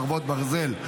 חרבות ברזל),